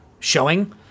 Showing